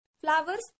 flowers